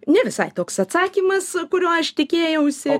ne visai toks atsakymas kurio aš tikėjausi